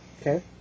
Okay